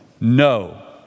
No